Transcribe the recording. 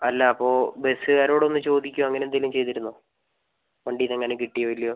അല്ല അപ്പോൾ ബസ്സുകാരോട് ഒന്ന് ചോദിക്കുവോ അങ്ങനെ എന്തെങ്കിലും ചെയ്തിരുന്നോ വണ്ടിയിൽ നിന്നെങ്ങാനും കിട്ടിയോ ഇല്ലയോ